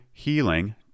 Healing